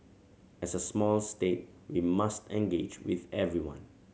as a small state we must engage with everyone